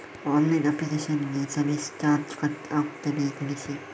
Online application ಗೆ service charge cut ಆಗುತ್ತದೆಯಾ ತಿಳಿಸಿ?